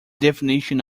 definition